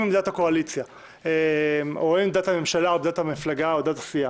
עם עמדת הקואליציה או עמדת הממשלה או עמדת המפלגה או עמדת הסיעה.